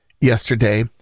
yesterday